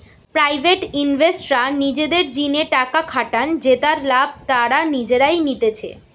private ইনভেস্টররা নিজেদের জিনে টাকা খাটান জেতার লাভ তারা নিজেই নিতেছে